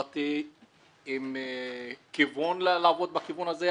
באתי עם כיוון לעבוד בכיוון הזה,